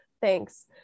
thanks